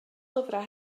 lyfrau